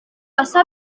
passà